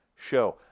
show